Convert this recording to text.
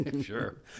Sure